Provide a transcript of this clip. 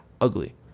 ugly